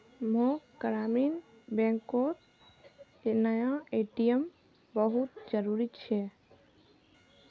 मोक ग्रामीण बैंकोक नया ए.टी.एम बहुत जरूरी छे